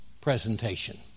presentation